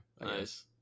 Nice